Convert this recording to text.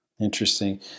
Interesting